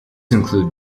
included